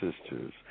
sisters